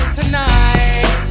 tonight